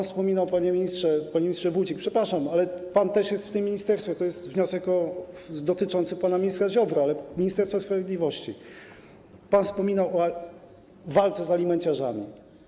Wspominał pan, panie ministrze, panie ministrze Wójcik - przepraszam, ale pan też jest w tym ministerstwie, to jest wniosek dotyczący pana ministra Ziobry, ale i Ministerstwa Sprawiedliwości - o walce z alimenciarzami.